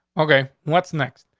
okay, what's next?